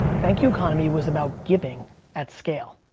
thank you economy was about giving at scale.